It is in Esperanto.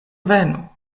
venu